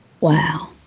Wow